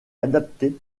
adapté